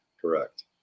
correct